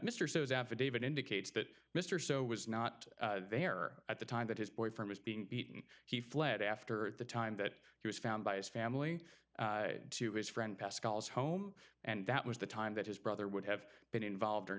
affidavit indicates that mr so was not there at the time that his boyfriend is being beaten he fled after at the time that he was found by his family to his friend pascals home and that was the time that his brother would have been involved or